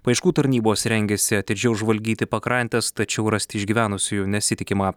paieškų tarnybos rengiasi atidžiau žvalgyti pakrantes tačiau rasti išgyvenusiųjų nesitikima